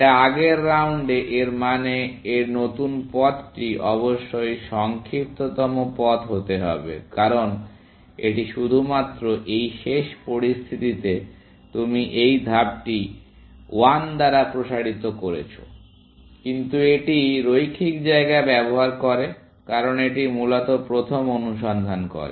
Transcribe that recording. এটা আগের রাউন্ডে এর মানে এর নতুন পথটি অবশ্যই সংক্ষিপ্ততম পথ হতে হবে কারণ এটি শুধুমাত্র এই শেষ পরিস্থিতিতে আপনি এই ধাপটি 1 দ্বারা প্রসারিত করেছো কিন্তু এটি রৈখিক জায়গা ব্যবহার করে কারণ এটি মূলত প্রথম অনুসন্ধান করে